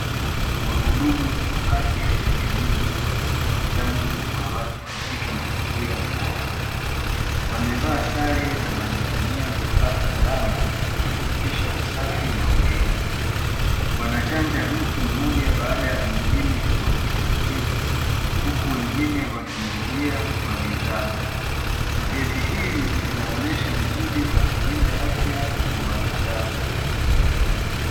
Wahudumu wa afya ya jamii wanatoa chanjo kwa watu katika mazingira safi. Wamevaa sare na wanatumia vifaa salama kuhakikisha usafi na ulinzi. Wanachanja mtu mmoja baada ya mwingine kwa utaratibu, huku wengine wakingojea kwa nidhamu. Zoezi hili linaonesha juhudi za kulinda afya za wanadamu.